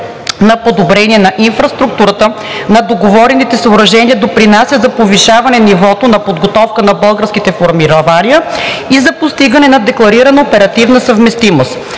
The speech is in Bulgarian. и подобрение на инфраструктурата на договорените съоръжения допринася за повишаване нивото на подготовка на българските формирования и за постигане на декларирана оперативна съвместимост.